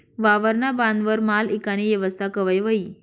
वावरना बांधवर माल ईकानी येवस्था कवय व्हयी?